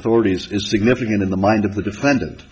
authorities it's significant in the mind of the defendant